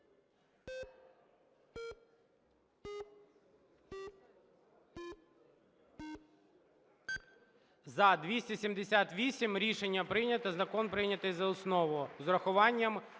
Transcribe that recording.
За-278 Рішення прийнято. Закон прийнятий за основу,